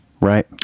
right